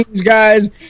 guys